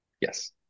Yes